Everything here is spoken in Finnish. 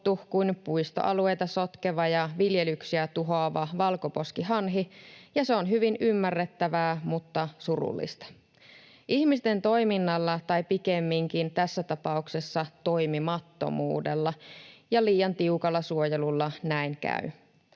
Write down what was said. kuin puistoalueita sotkeva ja viljelyksiä tuhoava valkoposkihanhi, ja se on hyvin ymmärrettävää mutta surullista. Ihmisten toiminnalla, tai pikemminkin tässä tapauksessa toimimattomuudella, ja liian tiukalla suojelulla näin käy.